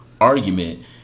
Argument